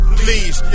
please